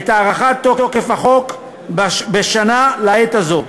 את הארכת תוקף החוק בשנה לעת הזאת.